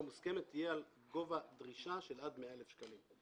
מוסכמת תהיה על גובה דרישה של עד 100,000 שקלים.